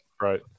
Right